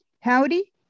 Howdy